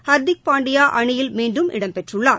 ஹர்திக் பாண்டியா அணியில் மீண்டும் இடம்பெற்றுள்ளார்